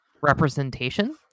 representation